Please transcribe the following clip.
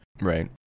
Right